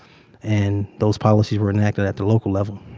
and those policies were enacted at the local level.